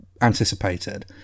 anticipated